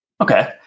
Okay